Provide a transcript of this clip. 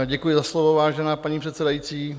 Děkuji za slovo, vážená paní předsedající.